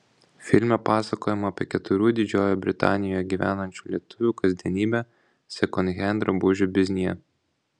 filme pasakojama apie keturių didžiojoje britanijoje gyvenančių lietuvių kasdienybę sekondhend drabužių biznyje